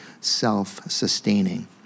self-sustaining